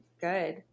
good